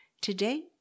today